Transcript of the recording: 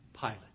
Pilate